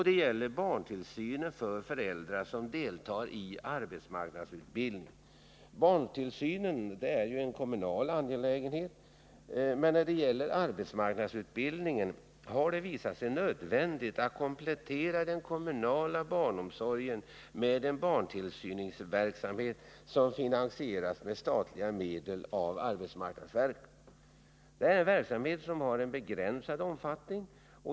Det gäller barntillsynen för föräldrar som deltar i arbetsmarknadsutbildning. Barntillsynen är en kommunal angelägenhet, men när det gäller arbetsmarknadsutbildningen har det visat sig nödvändigt att komplettera den kommunala barnomsorgen med en barntillsynsverksamhet som finansieras med statliga medel av arbetsmarknadsverket. Det är en verksamhet som har en begränsad omfattning.